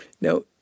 Now